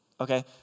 Okay